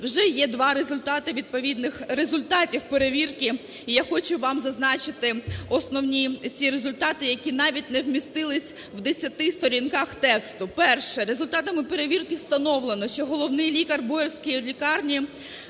Вже є два результати відповідних… результатів перевірки, і я хочу вам зазначити основні ці результати, які навіть не вмістились в десяти сторінках тексту. Перше. Результатами перевірки встановлено, що головний лікар боярської лікарні